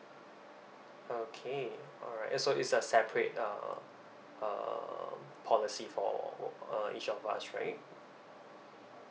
okay alright so it's a separate uh uh policy for uh each of us right